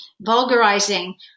vulgarizing